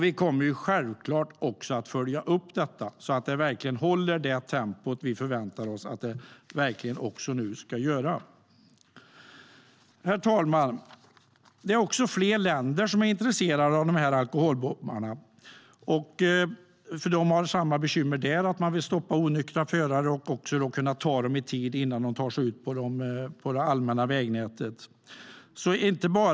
Vi kommer självklart också att följa upp detta, så att det verkligen blir det tempo som vi förväntar oss. Herr talman! Det är fler länder som är intresserade av dessa alkobommar, för de har samma bekymmer och vill stoppa onyktra förare och ta dem i tid, innan de tar sig ut på det allmänna vägnätet.